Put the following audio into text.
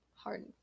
Hard